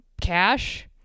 cash